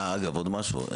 עוד משהו,